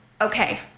okay